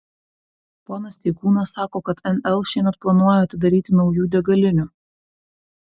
ponas steikūnas sako kad nl šiemet planuoja atidaryti naujų degalinių